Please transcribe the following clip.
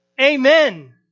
Amen